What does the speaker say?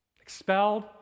expelled